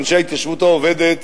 אנשי ההתיישבות העובדת,